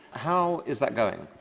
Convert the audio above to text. how is that going?